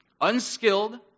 Unskilled